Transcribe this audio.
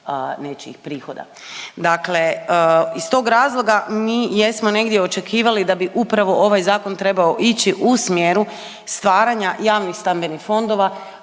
nečijih prihoda. Dakle, iz tog razloga mi jesmo negdje očekivali da bi upravo ovaj Zakon trebao ići u smjeru stvaranja javnih stambenih fondova